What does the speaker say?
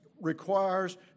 requires